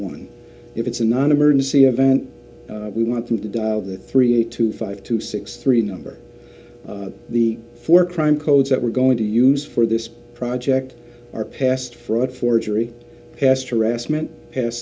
one if it's a non emergency event we want them to dial the three eight two five two six three numbers the four crime codes that we're going to use for this project are past fraud forgery asterisk meant past